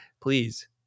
please